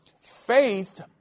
faith